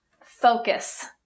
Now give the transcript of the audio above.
Focus